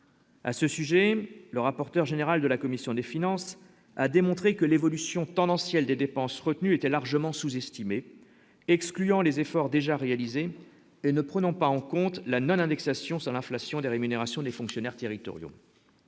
à ce sujet, le rapporteur général de la commission des finances, a démontré que l'évolution tendancielle des dépenses retenues étaient largement sous-estimé, excluant les efforts déjà réalisés et ne prenant pas en compte la non-indexation sur l'inflation des rémunérations des fonctionnaires territoriaux